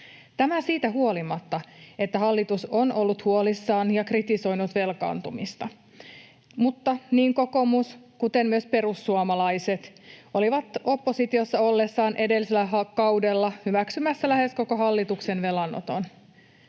tämä siitä huolimatta, että hallitus on ollut huolissaan ja kritisoinut velkaantumista. Mutta niin kokoomus kuin myös perussuomalaiset olivat oppositiossa ollessaan edellisellä kaudella hyväksymässä lähes koko hallituksen velanoton.